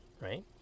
right